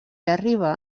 arriba